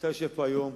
אתה יושב פה היום,